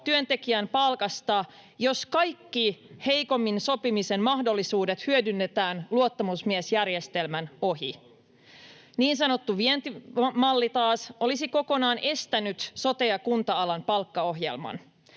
työntekijän palkasta, jos kaikki heikommin sopimisen mahdollisuudet hyödynnetään luottamusmiesjärjestelmän ohi. Niin sanottu vientimalli taas olisi kokonaan estänyt sote- ja kunta-alan palkkaohjelman.